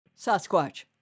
Sasquatch